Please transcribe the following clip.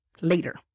later